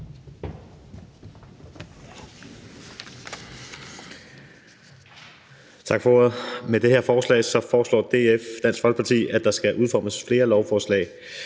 Tak for ordet. Med det her forslag foreslår Dansk Folkeparti, at der skal udformes flere lovforslag